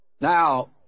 Now